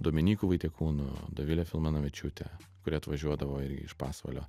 dominyku vaitiekūnu dovile filmanavičiūte kuri atvažiuodavo irgi iš pasvalio